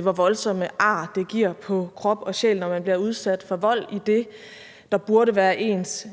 hvor voldsomme ar det giver på krop og sjæl, når man bliver udsat for vold i det, der burde være ens